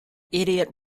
idiot